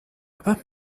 aber